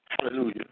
hallelujah